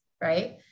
right